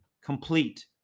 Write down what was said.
complete